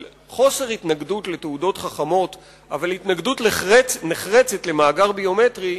של חוסר התנגדות לתעודות חכמות אבל התנגדות נחרצת למאגר ביומטרי,